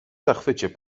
zachwycie